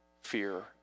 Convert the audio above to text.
Fear